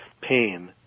pain